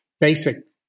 basic